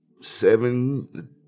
seven